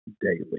daily